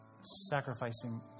sacrificing